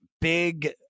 big